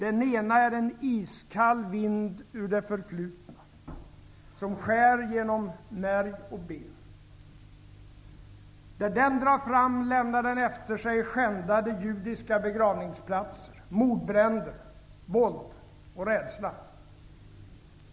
En av dem är en iskall vind ur det förflutna, som skär genom märg och ben. Där den drar fram lämnar den efter sig skändade judiska begravningsplatser, mordbränder, våld och rädsla.